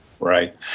Right